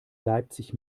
leipzig